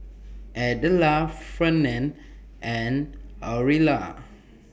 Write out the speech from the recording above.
Idella Ferne and Orilla